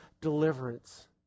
deliverance